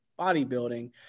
bodybuilding